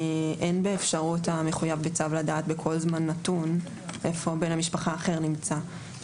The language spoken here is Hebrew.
אין באפשרות המחויב בצו לדעת בכל זמן נתון איפה בן המשפחה האחר נמצא.